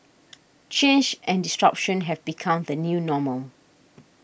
change and disruption have become the new normal